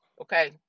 okay